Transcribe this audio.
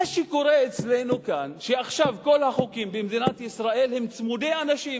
מה שקורה אצלנו כאן הוא שעכשיו כל החוקים במדינת ישראל הם צמודי אנשים.